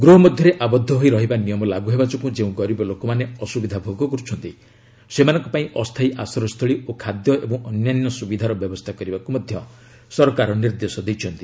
ଗୃହ ମଧ୍ୟରେ ଆବଦ୍ଧ ହୋଇ ରହିବା ନିୟମ ଲାଗ୍ର ହେବା ଯୋଗୁଁ ଯେଉଁ ଗରିବ ଲୋକମାନେ ଅସ୍ତବିଧା ଭୋଗ କର୍ରଛନ୍ତି ସେମାନଙ୍କ ପାଇଁ ଅସ୍ଥାୟୀ ଆଶ୍ରୟସ୍ଥଳୀ ଓ ଖାଦ୍ୟ ଏବଂ ଅନ୍ୟାନ୍ୟ ସ୍ରବିଧାର ବ୍ୟବସ୍ଥା କରିବାକୃ ମଧ୍ୟ ସରକାର ନିର୍ଦ୍ଦେଶ ଦେଇଛନ୍ତି